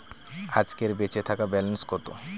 আজকের বেচে থাকা ব্যালেন্স কত?